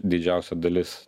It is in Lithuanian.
didžiausia dalis